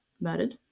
murdered